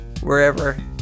wherever